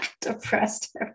depressed